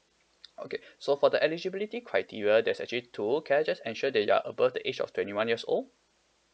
okay so for the eligibility criteria there's actually two can I just ensure that you are above the age of twenty one years old